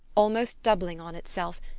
almost doubling on itself,